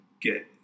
get